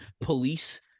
police